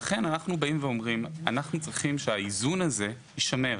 לכן אנחנו אומרים שאנחנו צריכים שהאיזון הזה יישמר.